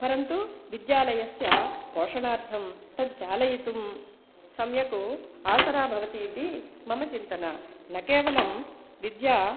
परन्तु विद्यालयस्य पोषणार्थं तत् चालयितुम् सम्यक् आसरा भवति इति मम चिन्तनं न केवलं विद्या